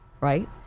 right